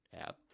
app